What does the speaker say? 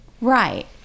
Right